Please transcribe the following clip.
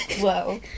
whoa